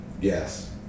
Yes